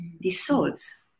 dissolves